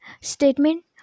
statement